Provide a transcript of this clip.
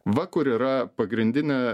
va kur yra pagrindinė